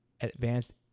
Advanced